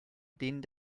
denen